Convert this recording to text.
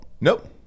Nope